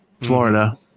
Florida